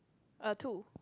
err two